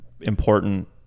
important